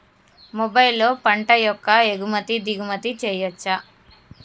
మొబైల్లో పంట యొక్క ఎగుమతి దిగుమతి చెయ్యచ్చా?